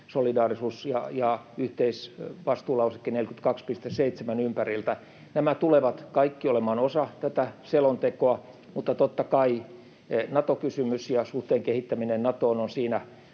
yhteisvastuulausekkeen 42.7 ympärillä — nämä tulevat kaikki olemaan osa tätä selontekoa. Mutta totta kai Nato-kysymys ja suhteen kehittäminen Natoon ovat siinä